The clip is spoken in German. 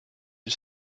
ist